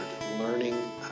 learning